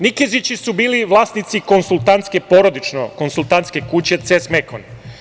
Nikezići su bili vlasnici konsultantske, porodično konsultantske kuće „CES Mekon“